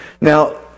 Now